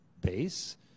base